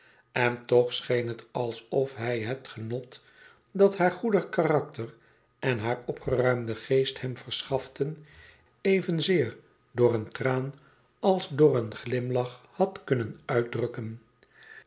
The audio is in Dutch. en toch scheen het alsof hij het genot dat haar goedig karakter en haar opgeruimde geest hem verschaften evenzeer door een traan als door een glimlach had kunnen uitdrukken